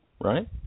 right